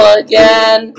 again